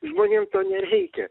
žmonėm to nereikia